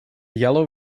yellow